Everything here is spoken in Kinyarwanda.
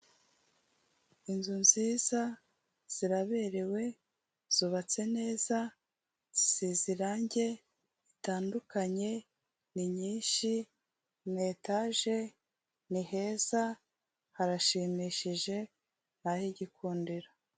Inzu nziza ziraberewe, zubatse neza, zisize irange ritandukanye, ni nyinshi ,ni etaje, ni heza, harashimishije, ni ah’igikundiro.